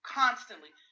constantly